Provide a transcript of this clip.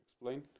Explain